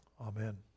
Amen